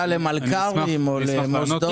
למלכ"רים או למוסדות --- אני אשמח לענות.